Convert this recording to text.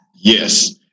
Yes